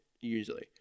usually